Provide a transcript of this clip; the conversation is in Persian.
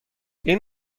این